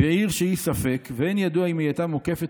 "בעיר שהיא ספק ואין ידוע אם הייתה מוקפת